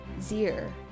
Zir